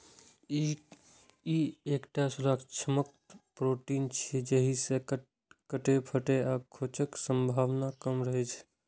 ई एकटा सुरक्षात्मक प्रोटीन छियै, जाहि सं कटै, फटै आ खोंचक संभावना कम रहै छै